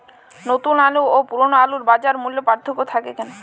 নতুন আলু ও পুরনো আলুর বাজার মূল্যে পার্থক্য থাকে কেন?